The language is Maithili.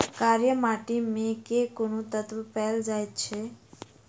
कार्य माटि मे केँ कुन तत्व पैल जाय छै?